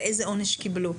ואיזה עונש קיבלו?